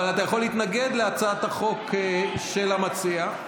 אבל אתה יכול להתנגד להצעת החוק של המציע.